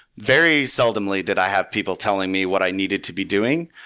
very seldomly that i have people telling me what i needed to be doing.